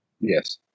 Yes